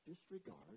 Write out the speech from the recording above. disregard